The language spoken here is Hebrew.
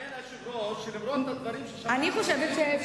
אדוני היושב-ראש, למרות הדברים ששמענו, איך הדברים